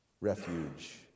refuge